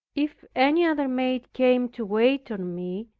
if any other maid came to wait on me,